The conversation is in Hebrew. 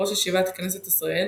ראש ישיבת כנסת ישראל,